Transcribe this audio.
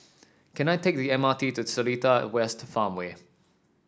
can I take the M R T to Seletar West Farmway